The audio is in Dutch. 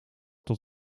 tot